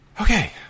Okay